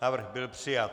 Návrh byl přijat.